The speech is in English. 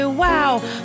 wow